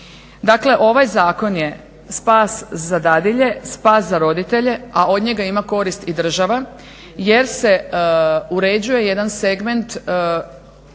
Dakle, ovaj zakon je spas za dadilje, spas za roditelje, a od njega ima korist i država jer se uređuje jedan segment